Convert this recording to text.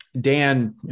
Dan